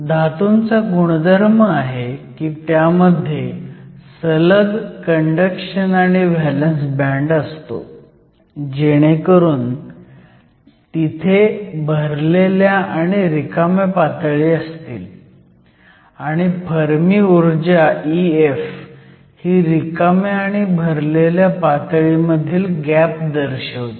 धातूंचा गुणधर्म आहे की त्यामध्ये सलग कंडक्शन आणि व्हॅलंस बँड असतो जेणेकरून तिथे भरलेल्या आणि रिकाम्या पातळी असतील आणि फर्मी ऊर्जा EF ही रिकाम्या आणि भरलेल्या पातळीमधील गॅप दर्शवते